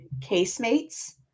casemates